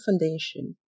foundation